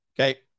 okay